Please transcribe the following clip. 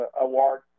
award